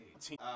team